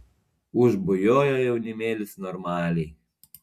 užbujojo jaunimėlis normaliai